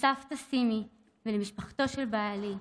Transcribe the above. לסבתא סימי ולמשפחתו של בעלי,